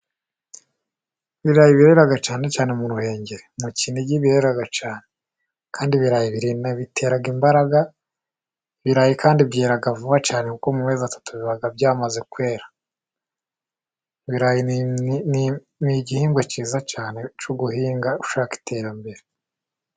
Ibirayi birera cyane cyane mu Ruhengeri mu Kinigi birera cyane, kandi ibirayi bitera imbaraga, ibirayi kandi byera vuba cyane kuko mu mezi atatu biba byamaze kwera. Ni igihingwa cyiza cyane cyo guhinga ushaka iterambere.